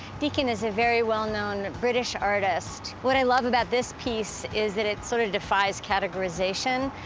deacon is a very well-known british artist. what i love about this piece is that it sort of defies categorization.